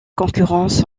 concurrence